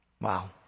Wow